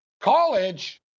college